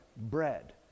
Bread